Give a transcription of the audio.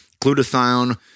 glutathione